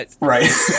Right